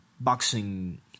boxing